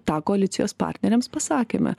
tą koalicijos partneriams pasakėme